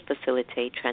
facilitate